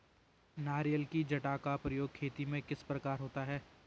नारियल की जटा का प्रयोग खेती में किस प्रकार होता है?